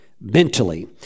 mentally